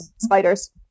spiders